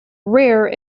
rare